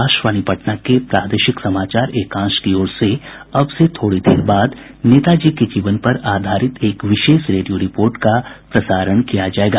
आकाशवाणी पटना के प्रादेशिक समाचार एकांश की ओर से अब से थोड़ी देर बाद नेताजी के जीवन पर आधारित एक विशेष रेडियो रिपोर्ट का प्रसारण किया जायेगा